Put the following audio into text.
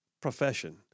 profession